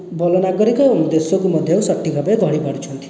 ଭଲ ନାଗରିକ ଏବଂ ଦେଶକୁ ମଧ୍ୟ ସଠିକ୍ ଭାବେ ଗଢ଼ିପାରୁଛନ୍ତି